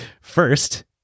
first